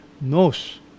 knows